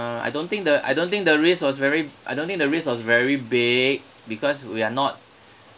uh I don't think the I don't think the risk was very I don't think the risk was very big because we are not